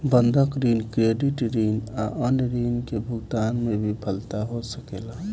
बंधक ऋण, क्रेडिट ऋण या अन्य ऋण के भुगतान में विफलता हो सकेला